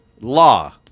law